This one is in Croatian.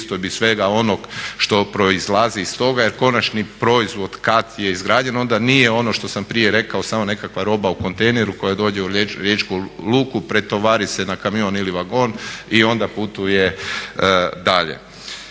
pristojbi, svega onog što proizlazi iz toga. Jer konačni proizvod kad je izgrađen onda nije ono što sam prije rekao samo nekakva roba u kontejneru koja dođe u riječku luku, pretovari se na kamion ili vagon i onda putuje dalje.